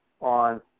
on